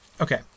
Okay